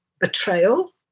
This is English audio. betrayal